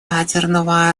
ядерного